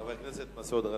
חבר הכנסת מסעוד גנאים.